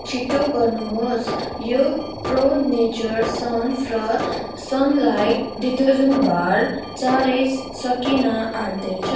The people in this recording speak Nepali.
छिटो गर्नुहोस् प्रो नेचर सन्स र सनलाइट डिटर्जेन्ट बार चाँडै सकिन आँट्दै छन्